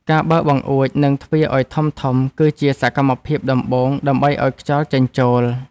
ការបើកបង្អួច និងទ្វារឱ្យធំៗ គឺជាសកម្មភាពដំបូងដើម្បីឱ្យខ្យល់ចេញចូល។